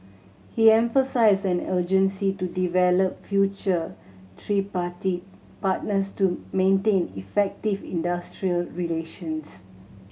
he emphasised an urgency to develop future tripartite partners to maintain effective industrial relations